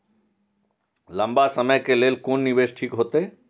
लंबा समय के लेल कोन निवेश ठीक होते?